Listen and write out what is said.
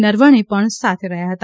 નરવણે પણ સાથે રહ્યા હતા